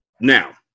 Now